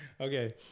okay